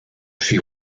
she